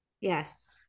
Yes